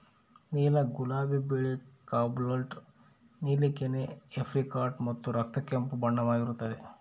ನೀಲಕ ಗುಲಾಬಿ ಬಿಳಿ ಕೋಬಾಲ್ಟ್ ನೀಲಿ ಕೆನೆ ಏಪ್ರಿಕಾಟ್ ಮತ್ತು ರಕ್ತ ಕೆಂಪು ಬಣ್ಣವಾಗಿರುತ್ತದೆ